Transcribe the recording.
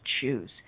choose